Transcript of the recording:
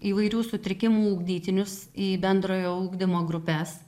įvairių sutrikimų ugdytinius į bendrojo ugdymo grupes